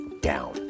down